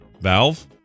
valve